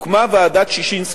הוקמה ועדת-ששינסקי.